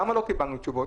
למה לא קיבלנו תשובות?